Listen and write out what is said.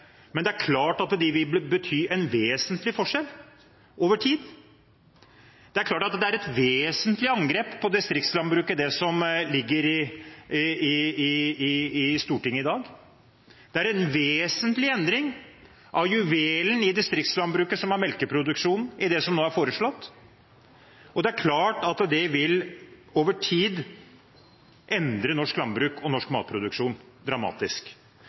men det er klart at de vil bety en vesentlig forskjell over tid. Det er klart at det som ligger i Stortinget i dag, er et vesentlig angrep på distriktslandbruket. Det er en vesentlig endring av juvelen i distriktslandbruket, som er melkeproduksjonen, i det som nå er foreslått. Og det er klart at det over tid vil endre norsk landbruk og norsk matproduksjon dramatisk.